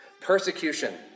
Persecution